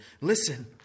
Listen